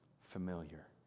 familiar